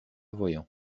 voyant